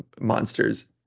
monsters